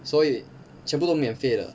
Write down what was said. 所以全部都免费的